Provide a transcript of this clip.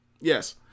Yes